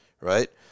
right